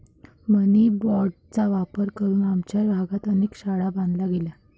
मनी बाँडचा वापर करून आमच्या भागात अनेक शाळा बांधल्या गेल्या